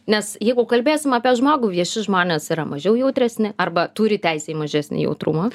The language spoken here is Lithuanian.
nes jeigu kalbėsim apie žmogų vieši žmonės yra mažiau jautresni arba turi teisę į mažesnį jautrumą